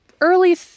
early